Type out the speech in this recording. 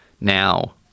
now